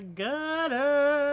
gutter